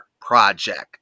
project